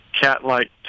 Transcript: Cat-like